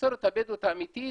המסורת הבדואית האמיתית